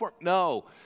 No